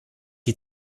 die